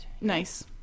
nice